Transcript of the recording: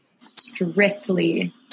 strictly